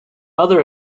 other